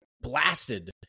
blasted